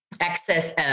access